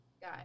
guy